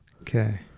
Okay